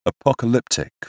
Apocalyptic